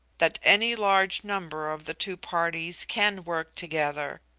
that any large number of the two parties can work together.